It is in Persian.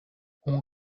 اون